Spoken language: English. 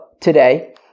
today